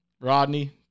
Rodney